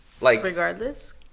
regardless